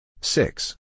Six